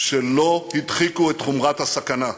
שלא הדחיקו את חומרת הסכנה.